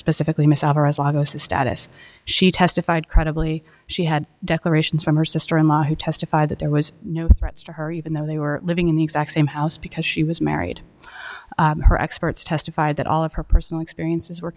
says status she testified credibly she had declarations from her sister in law who testified that there was no threats to her even though they were living in the exact same house because she was married her experts testified that all of her personal experiences were